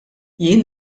jien